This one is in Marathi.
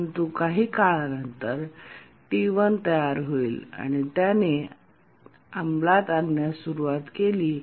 परंतु काही काळा नंतर T1 तयार होईल आणि त्याने अंमलात आणण्यास सुरुवात केली